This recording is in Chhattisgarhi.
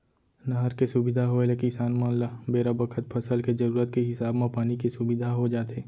नहर के सुबिधा होय ले किसान मन ल बेरा बखत फसल के जरूरत के हिसाब म पानी के सुबिधा हो जाथे